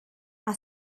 are